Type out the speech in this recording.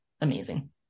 Amazing